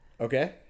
Okay